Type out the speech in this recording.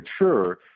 mature